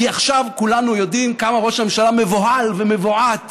כי עכשיו כולנו יודעים כמה ראש הממשלה מבוהל ומבועת